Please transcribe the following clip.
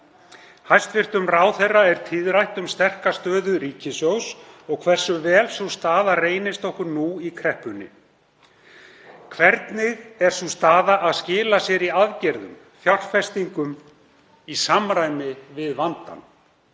Hæstv. ráðherra verður tíðrætt um sterka stöðu ríkissjóðs og hversu vel sú staða reynist okkur nú í kreppunni. Hvernig skilar sú staða sér í aðgerðum, í fjárfestingum í samræmi við vandann?